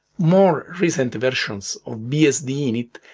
more recent versions of bsd init,